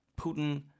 Putin